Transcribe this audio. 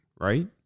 right